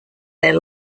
their